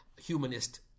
humanist